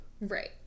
Right